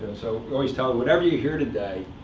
and so we always tell them, whatever you hear today,